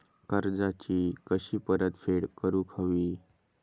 कर्जाची कशी परतफेड करूक हवी?